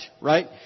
right